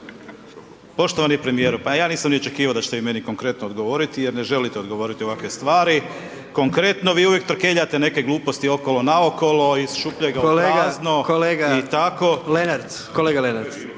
Poštovani premijeru, pa ja nisam ni očekivao da ćete vi meni konkretno odgovoriti jer ne želite odgovoriti ovakve stvari, konkretno vi uvijek trkeljate neke gluposti okolo naokolo iz šupljega u prazno …/Upadica: Kolega,